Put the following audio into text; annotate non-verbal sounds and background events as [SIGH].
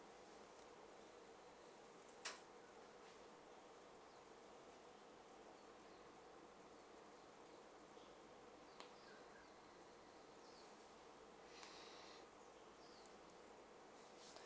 [BREATH]